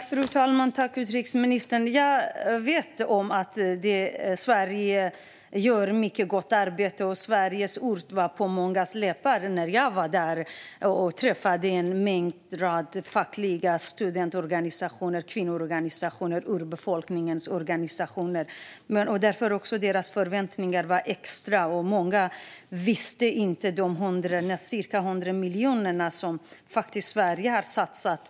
Fru talman! Jag tackar utrikesministern för detta. Jag vet att Sverige gör ett mycket gott arbete, och Sveriges ord var på mångas läppar när jag var där och träffade olika fackliga organisationer, studentorganisationer, kvinnoorganisationer och urbefolkningens organisationer. Därför är deras förväntningar höga. Många visste inget om de ca 100 miljoner kronor som Sverige faktiskt har satsat.